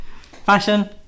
Fashion